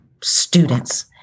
students